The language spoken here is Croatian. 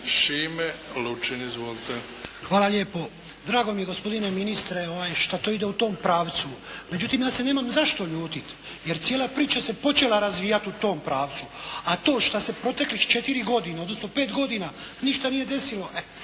Šime (SDP)** Hvala lijepo. Drago mi je gospodine ministre šta to ide u tom pravcu. Međutim ja se nemam zašto ljutiti jer cijela priča se počela razvijati u tom pravcu. A to šta se proteklih četiri godina, odnosno pet godina ništa nije desilo,